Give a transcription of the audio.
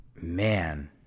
man